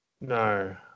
no